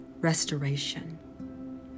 restoration